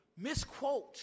misquote